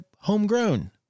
homegrown